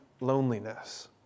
loneliness